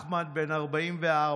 אחמד, בן 44,